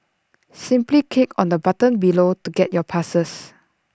simply click on the button below to get your passes